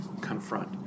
confront